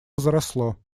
возросло